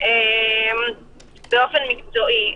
באופן מקצועי.